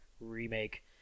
remake